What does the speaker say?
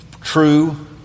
true